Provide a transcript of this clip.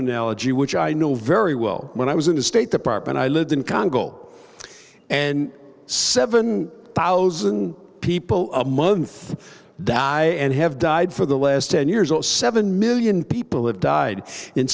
analogy which i know very well when i was in the state department i lived in congo and seven thousand people a month die and have died for the last ten years all seven million people have died in